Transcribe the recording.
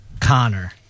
Connor